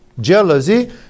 Jealousy